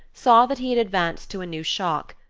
saw that he had advanced to a new shock,